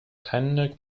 keine